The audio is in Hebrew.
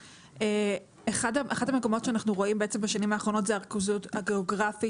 אחד המקומות שאנחנו רואים בשנים האחרונות זה הריכוזיות הגיאוגרפית